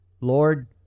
Lord